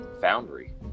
foundry